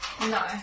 No